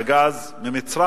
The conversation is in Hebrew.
אספקת הגז ממצרים.